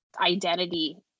identity